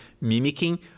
mimicking